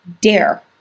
dare